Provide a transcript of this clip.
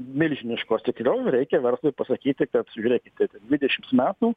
milžiniškos tikriau reikia verslui pasakyti kad žiūrėkite dvidešims metų